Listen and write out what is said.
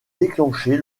déclenchée